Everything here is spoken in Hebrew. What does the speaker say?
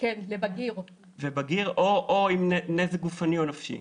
זה בגיר, או עם נזק גופני או נפשי.